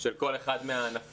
של כל אחד מהענפים,